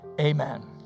Amen